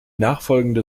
nachfolgende